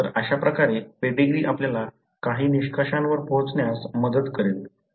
तर अशाप्रकारे पेडीग्री आपल्याला काही निष्कर्षांवर पोहोचण्यास मदत करेल